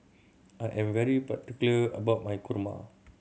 I am very particular about my kurma